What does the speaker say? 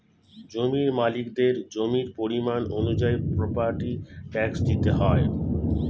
জমির মালিকদের জমির পরিমাণ অনুযায়ী প্রপার্টি ট্যাক্স দিতে হয়